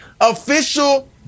official